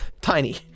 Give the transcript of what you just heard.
tiny